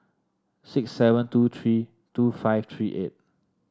six seven two three two five three eight